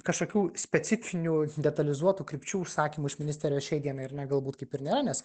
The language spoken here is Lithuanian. kažkokių specifinių detalizuotų krypčių užsakymų iš ministerijos šiai dienai ar ne galbūt kaip ir nėra nes